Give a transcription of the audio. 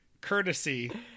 courtesy